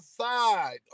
side